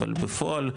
אבל בפועל,